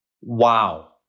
wow